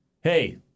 Hey